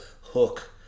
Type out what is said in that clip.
hook